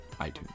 iTunes